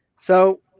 so,